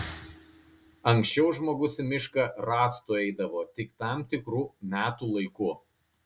anksčiau žmogus į mišką rąstų eidavo tik tam tikru metų laiku